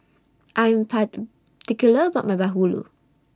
I Am Par about My Bahulu